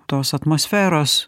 tos atmosferos